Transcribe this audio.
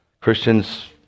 christians